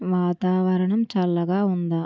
వాతావరణం చల్లగా ఉందా